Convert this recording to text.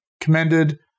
commended